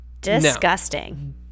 disgusting